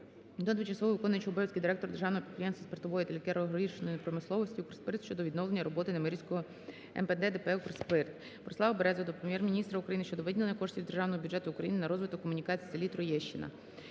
тимчасово виконуючого обов'язки директора Державного підприємства спиртової та лікеро-горілчаної промисловості "Укрспирт" щодо відновлення роботи Немирівського МПД ДП "Укрспирт". Борислава Берези до Прем'єр-міністра України щодо виділення коштів з Державного бюджету України на розвиток комунікацій в селі Троєщина.